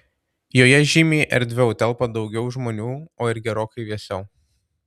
joje žymiai erdviau telpa daugiau žmonių o ir gerokai vėsiau